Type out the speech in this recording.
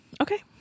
Okay